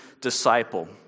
disciple